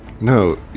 No